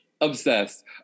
Obsessed